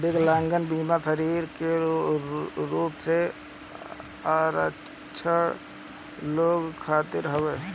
विकलांगता बीमा शारीरिक रूप से अक्षम लोग खातिर हवे